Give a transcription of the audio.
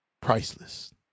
priceless